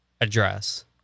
address